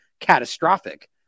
catastrophic